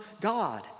God